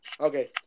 Okay